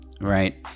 Right